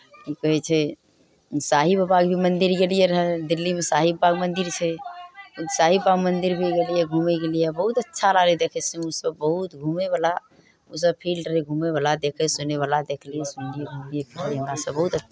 की कहै छै साइँ बाबाके भी मन्दिर गेलियै रहए दिल्लीमे साइँ बाबाके मन्दिर छै ओ साइँ बाबाके मन्दिर भी गेलियै घुमयके लिए बहुत अच्छा लागै देखै सुनैमे बहुत घुमैवला ओसभ फिल्ड रहै घुमैबला देखै सुनैबला देखलियै सुनलियै घुमलियै फिरलियै हमरा सभ बहुत अच्छा